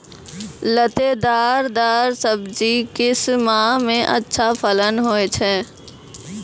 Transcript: लतेदार दार सब्जी किस माह मे अच्छा फलन होय छै?